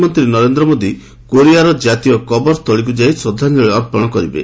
ପ୍ରଧାନମନ୍ତ୍ରୀ ନରେନ୍ଦ୍ର ମୋଦୀ କୋରିଆର ଜାତୀୟ କବର ସ୍ଥଳୀ ଯାଇ ଶ୍ରଦ୍ଧାଞ୍ଚଳୀ ଅର୍ପଣ କରିବେ